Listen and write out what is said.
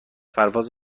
پرواز